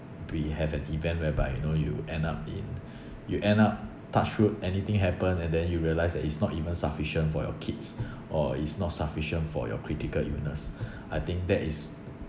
we have an event whereby you know you end up in you end up touch wood anything happen and then you realise that it's not even sufficient for your kids or it's not sufficient for your critical illness I think that is